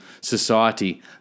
society